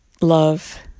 Love